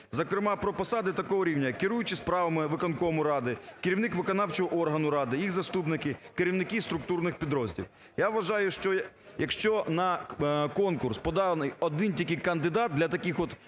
зокрема про посади такого рівня: керуючий справами виконкому ради, керівник виконавчого органу ради, їх заступники, керівники структурних підрозділів. Я вважаю, що якщо на конкурс поданий один тільки кандидат для таких от